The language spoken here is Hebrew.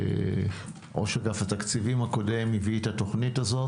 ראש אגף התקציבים הקודם הביא את התוכנית הזו.